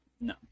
no